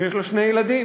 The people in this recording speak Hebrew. ויש לה שני ילדים,